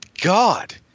God